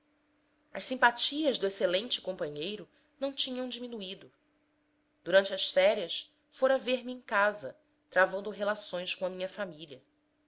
as simpatias do excelente companheiro não tinham diminuído durante as férias fora ver-me em casa travando relações com a minha família